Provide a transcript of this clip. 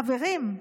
חברים,